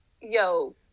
yo